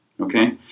Okay